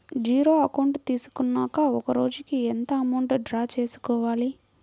Zero account తీసుకున్నాక ఒక రోజుకి ఎంత అమౌంట్ డ్రా చేసుకోవాలి?